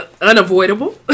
unavoidable